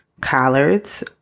collards